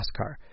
NASCAR